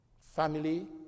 Family